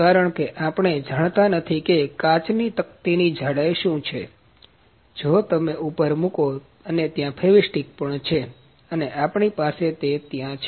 કારણ કે આપણે જાણતા નથી કે કાચની તકતીની જાડાઈ શું છે કે જો તમે ઉપર મુકો અને ત્યાં ફેવિસ્ટીક પણ છે અને આપણી પાસે તે ત્યાં છે